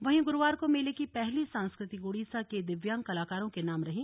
वहीं गुरुवार को मेले की पहली सांस्कृतिक उड़ीसा के दिव्यांग कलाकारों के नाम रही